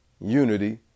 Unity